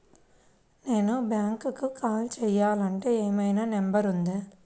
నేను బ్యాంక్కి కాల్ చేయాలంటే ఏమయినా నంబర్ ఉందా?